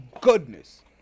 goodness